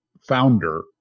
founder